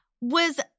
was-